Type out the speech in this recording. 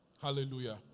Hallelujah